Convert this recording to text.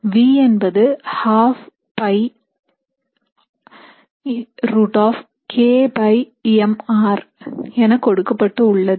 V என்பது 12Π √k mr என கொடுக்கப்பட்டு உள்ளது